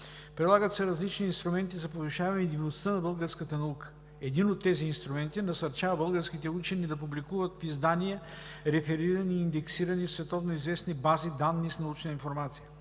Прилагат се различни инструменти за повишаване и дейността на българската наука. Един от тези инструменти насърчава българските учени да публикуват издания, реферирани и индексирани в световноизвестни бази данни с научна информация.